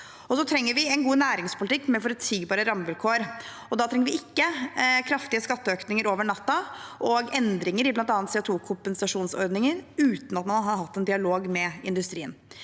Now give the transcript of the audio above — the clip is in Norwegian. Vi trenger også en god næringspolitikk med forutsigbare rammevilkår, og da trenger vi ikke kraftige skatteøkninger over natten og endringer i bl.a. CO2-kompensasjonsordningen uten at man har hatt en dialog med industrien.